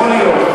יכול להיות.